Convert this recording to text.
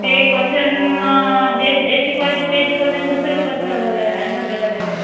ते क्वेच्चन जे जे शिकवायचे ते शिकवत नाही दुसरेच क्वेच्चन ॲन्सर देता त्याचे